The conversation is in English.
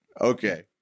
Okay